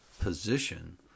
position